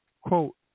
quote